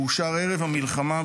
שאושר ערב המלחמה,